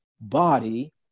body